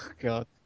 God